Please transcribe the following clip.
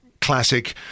classic